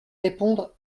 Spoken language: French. répondre